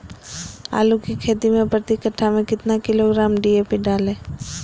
आलू की खेती मे प्रति कट्ठा में कितना किलोग्राम डी.ए.पी डाले?